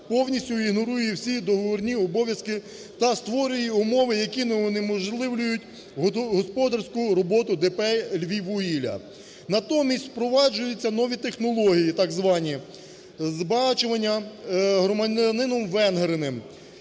повністю ігнорує всі договірні обов'язки та створює умови, які унеможливлюють господарську роботу ДП "Львіввугілля". Натомість впроваджуються нові технології так звані збагачування громадянином Венгриним,